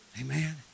Amen